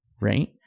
right